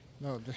No